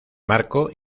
marco